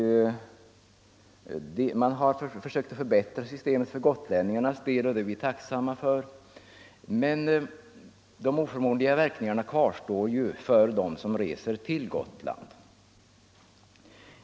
Man har försökt förbättra systemet för gotlänningarnas del, och det är vi tacksamma för, men de oförmånliga verkningarna kvarstår för dem som reser till Gotland.